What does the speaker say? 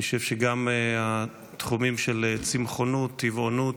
אני חושב שגם התחומים של צמחונות, טבעונות,